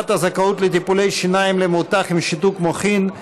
הזכאות לטיפולי שיניים למבוטח עם שיתוק מוחין),